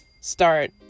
start